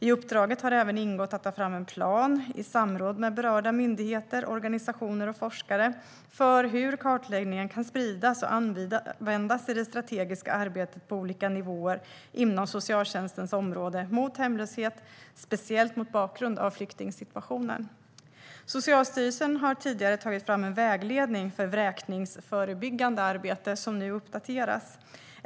I uppdraget har även ingått att ta fram en plan, i samråd med berörda myndigheter, organisationer och forskare, för hur kartläggningen kan spridas och användas i det strategiska arbetet på olika nivåer inom socialtjänstens område mot hemlöshet, speciellt mot bakgrund av flyktingsituationen. Socialstyrelsen har tidigare tagit fram en vägledning för vräkningsförebyggande arbete som nu uppdateras.